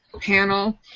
panel